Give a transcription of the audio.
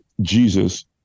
Jesus